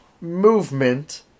movement